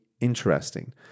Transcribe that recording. interesting